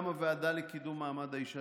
גם הוועדה לקידום מעמד האישה